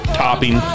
topping